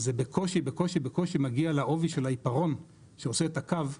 זה בקושי בקושי בקושי מגיע לעובי של העיפרון שעושה את הקו,